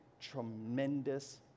tremendous